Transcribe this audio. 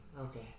Okay